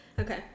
okay